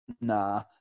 Nah